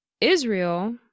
Israel